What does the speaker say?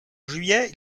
juillet